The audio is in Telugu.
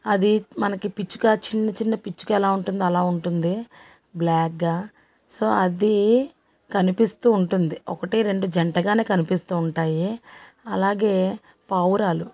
అది మనకి పిచ్చుక చిన్న చిన్న పిచ్చుక ఎలా ఉంటుందో అలా ఉంటుంది బ్లాక్గా సో అదీ కనిపిస్తూ ఉంటుంది ఒకటి రెండు జంటగానే కనినిపిస్తూ ఉంటాయి అలాగే పావురాలు